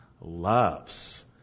loves